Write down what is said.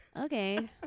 okay